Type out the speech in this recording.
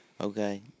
okay